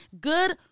Good